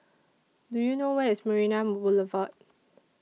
Do YOU know Where IS Marina Boulevard